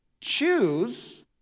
choose